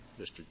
Mr